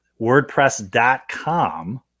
wordpress.com